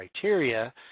criteria